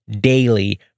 daily